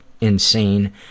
insane